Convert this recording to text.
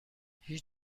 هیچ